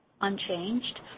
unchanged